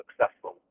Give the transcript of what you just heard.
successful